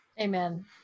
Amen